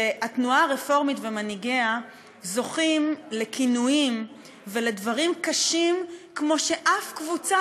שהתנועה הרפורמית ומנהיגיה זוכים לכינויים ולדברים קשים כמו שאף קבוצה,